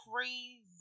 crazy